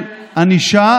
של ענישה